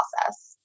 process